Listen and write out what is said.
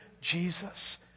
Jesus